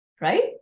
Right